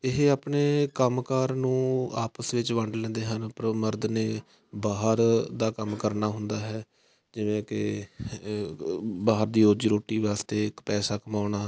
ਇਹ ਆਪਣੇ ਕੰਮਕਾਰ ਨੂੰ ਆਪਸ ਵਿੱਚ ਵੰਡ ਲੈਂਦੇ ਹਨ ਪਰ ਮਰਦ ਨੇ ਬਾਹਰ ਦਾ ਕੰਮ ਕਰਨਾ ਹੁੰਦਾ ਹੈ ਜਿਵੇਂ ਕਿ ਬਾਹਰ ਦੀ ਰੋਜ਼ੀ ਰੋਟੀ ਵਾਸਤੇ ਇੱਕ ਪੈਸਾ ਕਮਾਉਣਾ